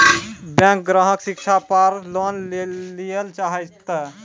Bank ग्राहक शिक्षा पार लोन लियेल चाहे ते?